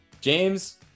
james